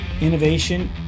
innovation